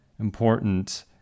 important